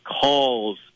calls